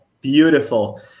Beautiful